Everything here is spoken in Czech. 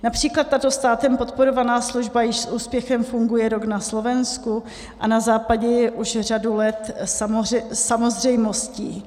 Například tato státem podporovaná služba již s úspěchem funguje rok na Slovensku a na Západě je už řadu let samozřejmostí.